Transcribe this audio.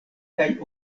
kaj